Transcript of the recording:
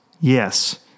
Yes